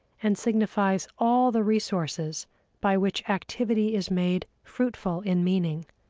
and signifies all the resources by which activity is made fruitful in meaning.